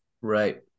Right